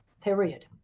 period